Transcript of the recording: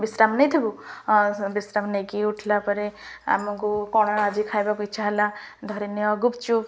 ବିଶ୍ରାମ ନେଇଥିବୁ ବିଶ୍ରାମ ନେଇକି ଉଠିଲା ପରେ ଆମକୁ କ'ଣ ଆଜି ଖାଇବାକୁ ଇଚ୍ଛା ହେଲା ଧରିନିଅ ଗୁପଚୁପ